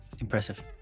Impressive